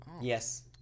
Yes